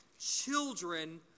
Children